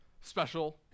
special